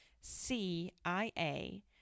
C-I-A